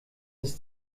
ist